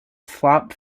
flop